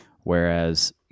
Whereas